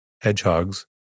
hedgehogs